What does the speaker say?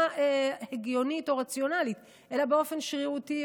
הגיונית או רציונלית אלא באופן שרירותי,